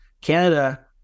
canada